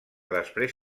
després